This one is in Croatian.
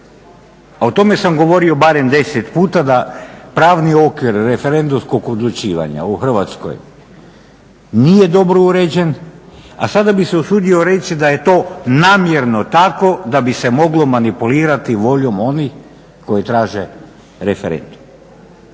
a o tome sam govorio barem 10 puta da pravni okvir referendumskog odlučivanja u Hrvatskoj nije dobro uređen. A sada bih se usudio reći da je to namjerno tako da bi se moglo manipulirati voljom onih koji traže referendum.